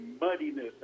muddiness